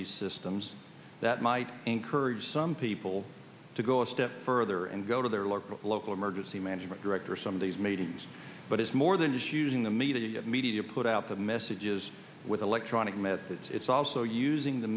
these systems that might encourage some people to go a step further and go to their local local emergency management director some of these meetings but it's more than a shooting the media media put out the messages with electronic methods it's also using the